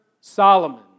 Solomon